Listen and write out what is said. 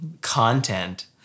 content